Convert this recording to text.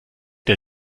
der